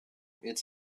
its